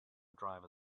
driver